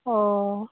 ᱚᱸᱻ